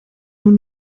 nous